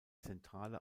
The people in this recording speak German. zentrale